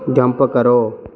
दंप करो